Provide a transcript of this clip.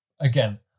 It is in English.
again